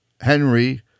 Henry